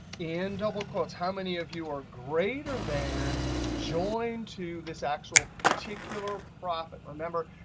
and double quotes. how many of you are greater than join to this actual particular profit? remember,